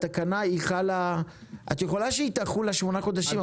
התקנה יכולה לחול על שמונה חודשים,